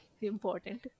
important